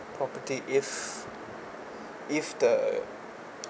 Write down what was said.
property if if the